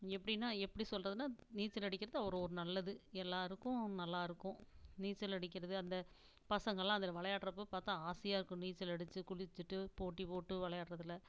எப்படின்னா எப்படி சொல்கிறதுன்னா நீச்சல் அடிக்கிறது அவ்வளோ ஒரு நல்லது எல்லோருக்கும் நல்லா இருக்கும் நீச்சல் அடிக்கிறது அந்த பசங்கள்லாம் அதில் விளையாடுறப்ப பார்த்தா ஆசையாக இருக்கும் நீச்சல் அடித்து குளிச்சுட்டு போட்டி போட்டு விளையாடுறதுல